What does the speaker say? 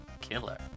killer